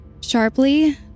sharply